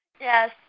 Yes